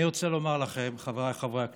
אני רוצה לומר לכם, חבריי חברי הכנסת,